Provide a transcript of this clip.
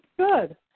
Good